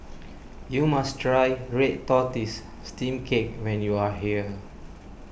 you must try Red Tortoise Steamed Cake when you are here